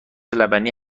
لبنی